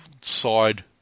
side